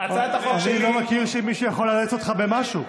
אני לא מכיר את זה שמישהו יכול לאלץ אותך במשהו.